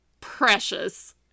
precious